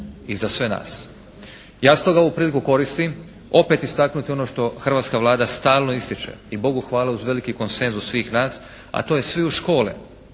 i za sve nas. Ja stoga ovu priliku koristim opet istaknuti ono što hrvatska Vlada stalno ističe. I Bogu hvala uz veliki konsenzus svih nas, a to je "Svi u škole".